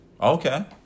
Okay